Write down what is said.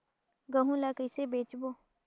गहूं ला कइसे बेचबो?